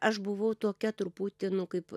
aš buvau tokia truputį nu kaip